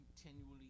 continually